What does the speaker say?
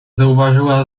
zauważyła